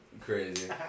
Crazy